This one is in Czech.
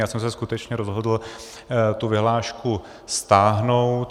Já jsem se skutečně rozhodl tu vyhlášku stáhnout.